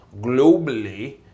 globally